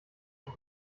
ich